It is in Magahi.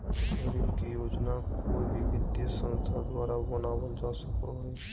ऋण के योजना कोय भी वित्तीय संस्था द्वारा बनावल जा सको हय